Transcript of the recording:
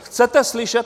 Chcete slyšet?